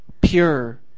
pure